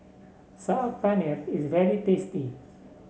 Saag Paneer is very tasty